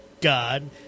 God